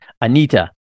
Anita